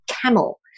Camel